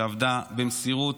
שעבדה במסירות,